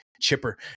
chipper